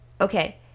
Okay